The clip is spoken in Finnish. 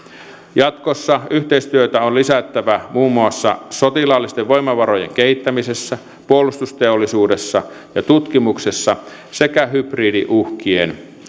jatkossa yhteistyötä on lisättävä muun muassa sotilaallisten voimavarojen kehittämisessä puolustusteollisuudessa ja tutkimuksessa sekä hybridiuhkiin